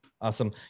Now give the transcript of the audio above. Awesome